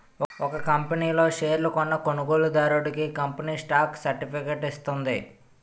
ఒక కంపనీ లో షేర్లు కొన్న కొనుగోలుదారుడికి కంపెనీ స్టాక్ సర్టిఫికేట్ ఇస్తుంది